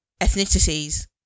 ethnicities